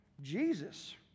Jesus